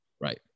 Right